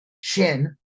Shin